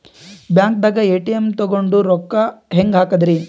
ಬ್ಯಾಂಕ್ದಾಗ ಎ.ಟಿ.ಎಂ ತಗೊಂಡ್ ರೊಕ್ಕ ಹೆಂಗ್ ಹಾಕದ್ರಿ?